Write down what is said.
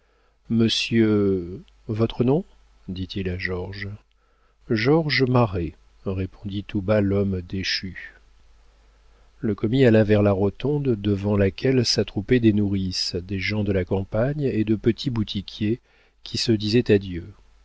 monsieur votre nom dit-il à georges georges marest répondit tout bas l'homme déchu le commis alla vers la rotonde devant laquelle s'attroupaient des nourrices des gens de la campagne et de petits boutiquiers qui se disaient adieu